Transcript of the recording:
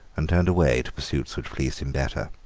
and turned away to pursuits which pleased him better.